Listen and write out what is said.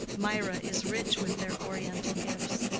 mirah is rich with their oriental gifts.